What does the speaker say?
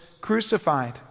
crucified